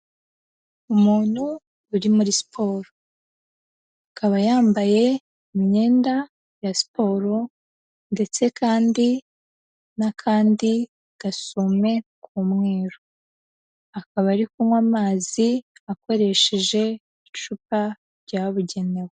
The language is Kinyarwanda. Umuntu uri muri siporo. Akaba yambaye imyenda ya siporo ndetse kandi n'akandi gasume k'umweru. Akaba ari kunywa amazi akoresheje icupa ryabugenewe.